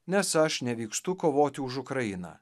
nes aš nevykstu kovoti už ukrainą